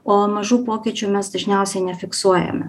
o mažų pokyčių mes dažniausiai nefiksuojame